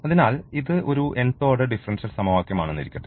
അതിനാൽ ഇത് ഒരു nth ഓർഡർ ഡിഫറൻഷ്യൽ സമവാക്യം ആണെന്നിരിക്കട്ടെ